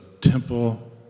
temple